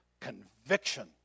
conviction